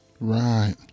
right